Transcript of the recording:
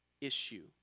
issue